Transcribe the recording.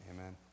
amen